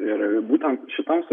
ir būtent šitoms